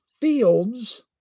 fields